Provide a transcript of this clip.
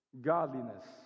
Godliness